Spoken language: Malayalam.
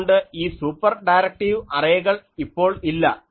അതുകൊണ്ട് ഈ സൂപ്പർ ഡയറക്ടീവ് അറേകൾ ഇപ്പോൾ ഇല്ല